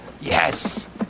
Yes